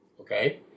Okay